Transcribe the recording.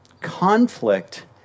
conflict